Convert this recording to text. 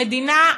המדינה,